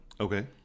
Okay